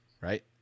right